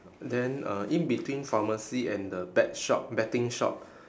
then uh in between pharmacy and the bet shop betting shop